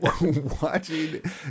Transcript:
watching